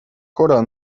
chora